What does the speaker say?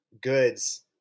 goods